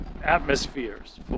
atmospheres